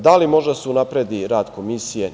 Da li može da se unapredi rad Komisije?